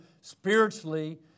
spiritually